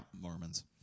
Mormons